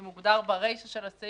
זה מוגדר ברישה של הסעיף,